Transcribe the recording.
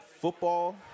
football